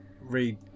read